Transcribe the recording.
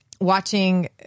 watching